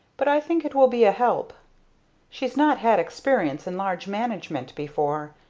but i think it will be a help she's not had experience in large management before,